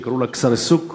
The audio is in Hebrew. שקראו לה קסר א-סוק,